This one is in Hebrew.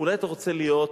אולי אתה רוצה להיות